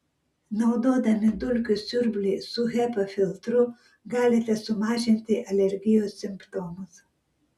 naudodami dulkių siurblį su hepa filtru galite sumažinti alergijos simptomus